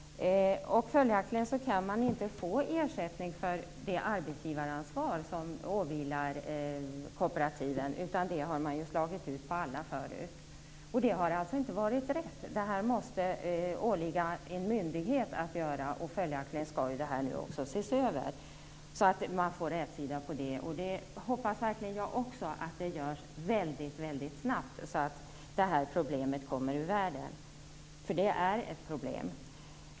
Följaktligen kan man inte få ersättning för det arbetsgivaransvar som åvilar kooperativen. Det har man tidigare slagit ut på alla, och det har alltså inte varit rätt. Det här måste åligga en myndighet att göra, och följaktligen skall det här nu också ses över så att man får rätsida på det. Jag hoppas verkligen också att det görs väldigt snabbt så att det här problemet kommer ur världen, för det är ett problem.